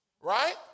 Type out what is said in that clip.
Right